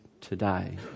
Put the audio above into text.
today